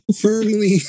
firmly